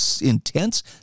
intense